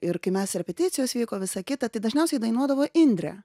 ir kai mes repeticijos vyko visa kita tai dažniausiai dainuodavo indrė